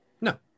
No